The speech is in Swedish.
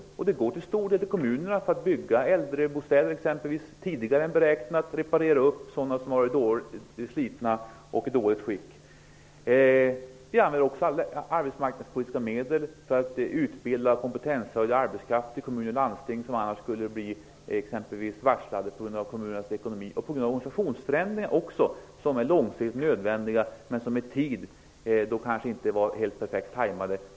Till stor del har det gällt att kommunerna har kunnat bygga äldrebostäder tidigare än beräknat och reparera sådana som har varit slitna och i dåligt skick. Vi använder också arbetsmarknadspolitiska medel för att utbilda och höja kompetensen på arbetskraften i kommuner och landsting. Det gäller personer som annars kanske skulle bli varslade till följd av kommunernas ekonomiska situation och organisationsförändringar. Dessa organisationsförändringar är nödvändiga på lång sikt men kom kanske inte helt perfekt i tiden.